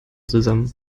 zusammen